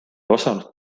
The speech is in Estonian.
osanud